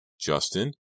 Justin